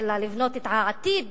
אלא לבנות את העתיד